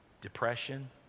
depression